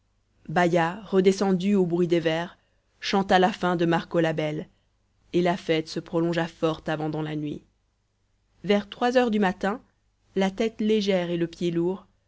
baïa redescendue au bruit des verres chanta la fin de marco la belle et la fête se prolongea fort avant dans la nuit vers trois heures du matin la tête légère et le pied lourd